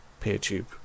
Peertube